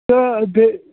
تہٕ بے